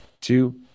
two